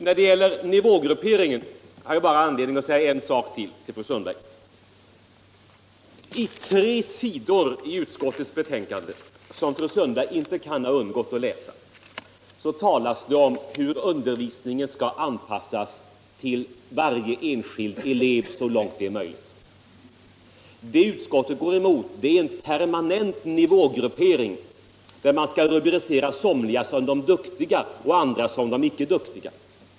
När det gäller nivågrupperingen har jag bara anledning att säga en sak till till fru Sundberg. På tre sidor i utskottets betänkande, som fru Sundberg inte kan ha undgått att läsa, talas det om hur undervisningen skall anpassas till varje enskild elev så långt det är möjligt. Vad utskottet går emot är en permanent nivågruppering där man rubricerar somliga som ”de duktiga” och andra som ”de icke duktiga”.